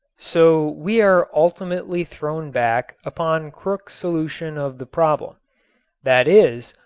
so we are ultimately thrown back upon crookes's solution of the problem that is,